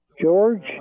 George